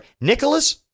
Nicholas